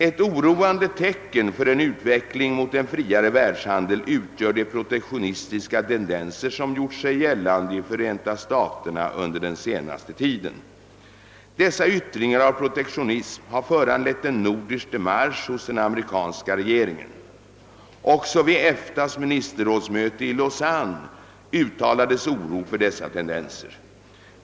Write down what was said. Ett oroande tecken för en utveckling mot en friare världshandel utgör de protektionistiska tendenser som gjort sig gällande i Förenta staterna under den senaste tiden. Dessa yttringar av protektionism har föranlett en nordisk demarsch hos den amerikanska regeringen. Också vid EFTA:s ministerrådsmöte i Lausanne uttalades oro över dessa tendenser.